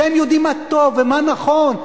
שהם יודעים מה טוב ומה נכון.